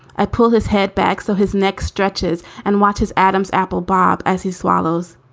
i pull his head back so his neck stretches and watch his adam's apple. bob as he swallows.